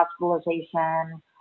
hospitalization